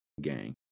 gang